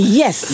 yes